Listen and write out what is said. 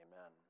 Amen